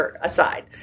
aside